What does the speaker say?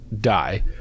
die